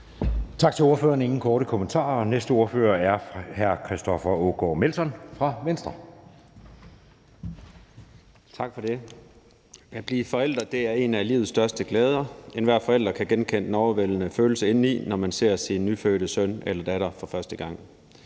Melson fra Venstre. Kl. 11:36 (Ordfører) Christoffer Aagaard Melson (V): Tak for det. At blive forælder er en af livets største glæder. Enhver forælder kan genkende den overvældende følelse indeni, når man ser sin nyfødte søn eller datter for første gang.